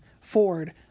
Ford